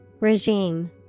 Regime